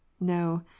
No